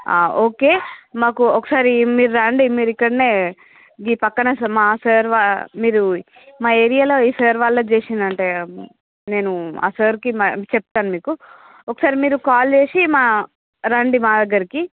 okay మాకు ఒకసారి మీరండి మీరు ఇక్కడనే ఈ పక్కనే మా సార్ వా మీరు మా ఏరియాలో ఈ సర్ వాళ్ళది చేసిండంట కదా నేను ఆ సర్కి చెప్తాను మీకు ఒకసారి మీరు కాల్ చేసి మా రండి మా దగ్గరకి